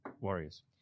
Warriors